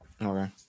Okay